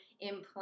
implant